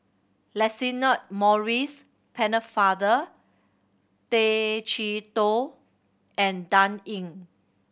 Lancelot Maurice Pennefather Tay Chee Toh and Dan Ying